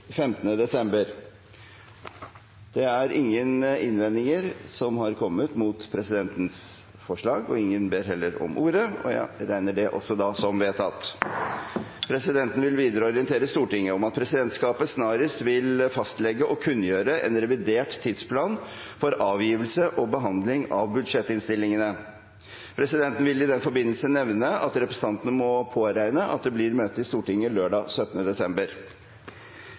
15. desember. – Ingen innvendinger har kommet mot presidentens forslag. Heller ikke ber noen om ordet, og presidentens forslag anses vedtatt. Presidenten vil videre orientere Stortinget om at presidentskapet snarest vil fastlegge og kunngjøre en revidert tidsplan for avgivelse og behandling av budsjettinnstillingene. Presidenten vil i den forbindelse nevne at representantene må påregne at det blir møte i Stortinget lørdag 17. desember.